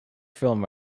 film